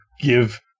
give